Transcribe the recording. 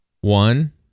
one